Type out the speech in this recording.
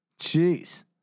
Jeez